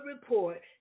report